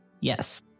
Yes